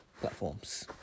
platforms